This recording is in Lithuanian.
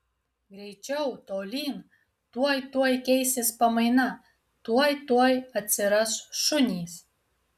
greičiau tolyn tuoj tuoj keisis pamaina tuoj tuoj atsiras šunys